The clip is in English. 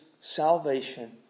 salvation